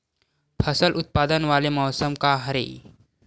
फसल उत्पादन वाले मौसम का हरे?